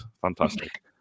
Fantastic